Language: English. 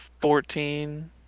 Fourteen